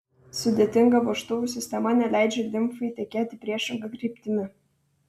sudėtinga vožtuvų sistema neleidžia limfai tekėti priešinga kryptimi